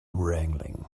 wrangling